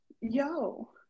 yo